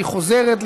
התשע"ט 2019,